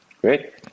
Great